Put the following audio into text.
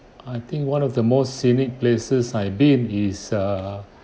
I think one of the most scenic places I've been is err